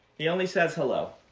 he only says hello.